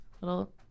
little